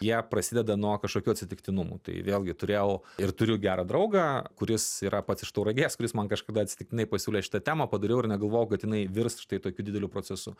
jie prasideda nuo kažkokių atsitiktinumų tai vėlgi turėjau ir turiu gerą draugą kuris yra pats iš tauragės kuris man kažkada atsitiktinai pasiūlė šitą temą padariau ir negalvojau kad jinai virs štai tokiu dideliu procesu